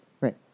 Right